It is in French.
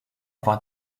avoir